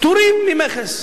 פטורים ממכס.